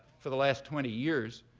for the last twenty years,